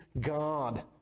God